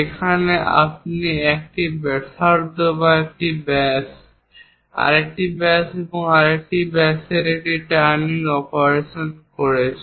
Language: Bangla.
যেখানে আপনি একটি ব্যাসার্ধ বা একটি ব্যাস আরেকটি ব্যাস এবং এটি আরেকটি ব্যাসের একটি টার্নিং অপারেশন করেছেন